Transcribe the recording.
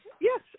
Yes